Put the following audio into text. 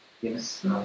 Yes